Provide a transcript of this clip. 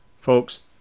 Folks